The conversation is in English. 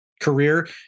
career